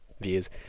views